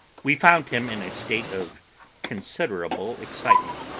we found him in a state of considerable excitement,